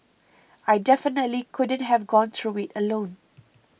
I definitely couldn't have gone through it alone